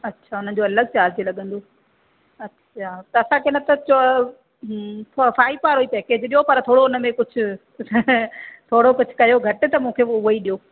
अछा हुनजो अलॻि चार्ज़ लॻंदो अछा त असांखे न त चओ थोरो फ़ाइव वारो ही पैकेज़ ॾियो पर थोरो हुनमें कुझु थोरो कुझु कयो घटि त मूंखे उहो ई ॾियो